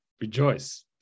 Rejoice